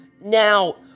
Now